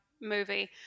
movie